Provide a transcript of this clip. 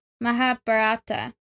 Mahabharata